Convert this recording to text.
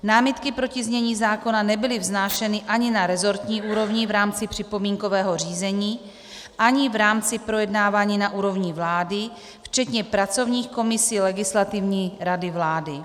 Námitky proti znění zákona nebyly vznášeny ani na resortní úrovni v rámci připomínkového řízení, ani v rámci projednávání na úrovni vlády, včetně pracovních komisí Legislativní rady vlády.